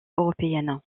européennes